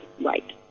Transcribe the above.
right